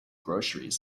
groceries